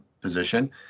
position